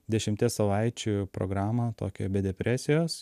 dešimties savaičių programą tokią be depresijos